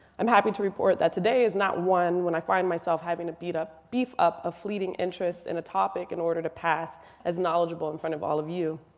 i'm happy to report that today is not one when i find myself having to beef up beef up a fleeting interest in a topic in order to pass as knowledgeable in front of all of you.